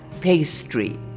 pastry